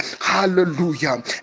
Hallelujah